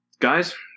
Guys